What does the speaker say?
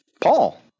Paul